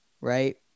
right